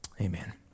Amen